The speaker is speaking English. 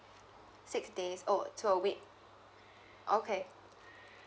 six days oh to a week okay